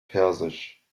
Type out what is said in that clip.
persisch